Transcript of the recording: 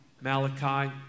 Malachi